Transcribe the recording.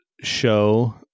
show